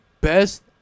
best